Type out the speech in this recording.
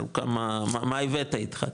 מה הבאת איתך,